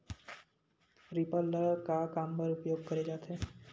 Reaper ल का काम बर उपयोग करे जाथे?